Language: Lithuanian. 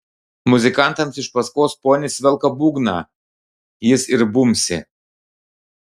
muzikantams iš paskos ponis velka būgną jis ir bumbsi